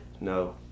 No